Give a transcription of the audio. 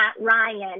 Ryan